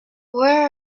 where